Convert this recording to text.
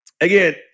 again